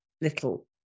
little